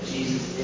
Jesus